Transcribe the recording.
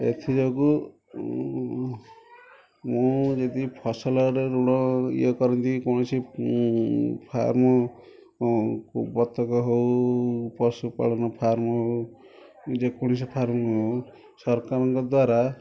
ଏଥିଯୋଗୁଁ ମୁଁ ଯଦି ଫସଲରେ ଋଣ ଇଏ କରନ୍ତି କୌଣସି ଫାର୍ମ ବତକ ହଉ ପଶୁ ପାଳନ ଫାର୍ମ ହଉ ଯେ କୌଣସି ଫାର୍ମ ହଉ ସରକାରଙ୍କ ଦ୍ଵାରା